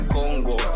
Congo